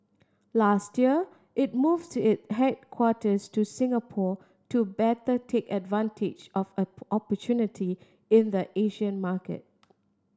last year it moved it headquarters to Singapore to better take advantage of opportunities in the Asian market